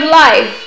life